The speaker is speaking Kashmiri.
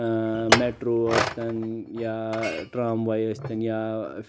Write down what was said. اۭں میٹرو أسۍتن یا ٹرامباے أسۍتن یا